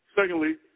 Secondly